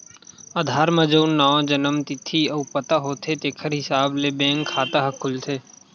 आधार म जउन नांव, जनम तिथि अउ पता होथे तेखर हिसाब ले बेंक खाता ह खुलथे